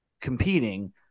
competing